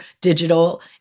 digital